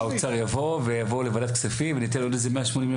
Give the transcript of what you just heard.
האוצר יבוא ויבואו לוועדת כספים וניתן עוד איזה 180 מיליון,